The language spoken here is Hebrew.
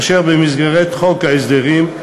אשר במסגרת חוק ההסדרים,